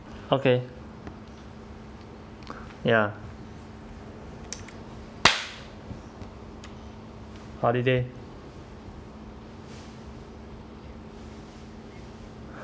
okay ya holiday